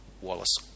Wallace